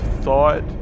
thought